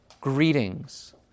greetings